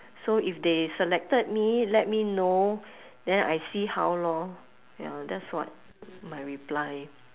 so if they selected me let me know then I see how lor ya that's what my reply